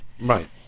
Right